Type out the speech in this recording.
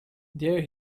there